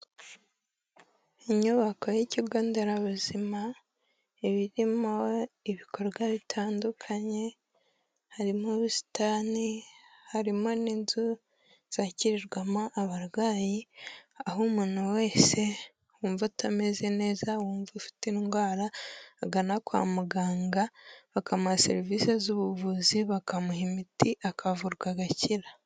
Inyubako y'ikigo nderabuzima iba irimo ibikorwa bitandukanye harimo ubusitani, harimo n'inzu zakirirwamo abarwayi aho umuntu wese wumva atameze neza, wumva ufite indwara agana kwa muganga bakamuha serivisi z'ubuvuzi, bakamuha imiti akavurwa agakira.